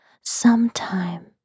sometime